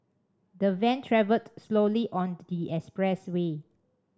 the van travelled slowly on the expressway